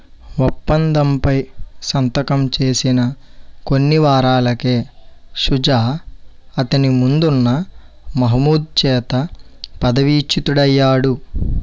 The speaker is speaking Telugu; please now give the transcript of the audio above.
ఒప్పందంపై సంతకం చేసిన కొన్ని వారాలకే షుజా అతని ముందున్న మహమూద్ చేత పదవీచ్యుతుడయ్యాడు